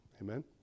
amen